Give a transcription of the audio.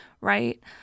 right